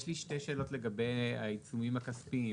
יש לי שתי שאלות בנוגע לעיצומים הכספיים,